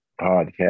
podcast